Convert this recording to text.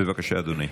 בבקשה, אדוני.